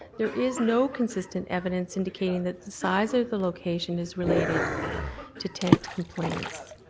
there is no consistent evidence indicating that the size of the location is related to tent complaints.